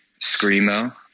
screamo